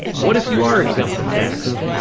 what if you are exempt from tax?